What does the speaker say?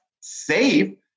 safe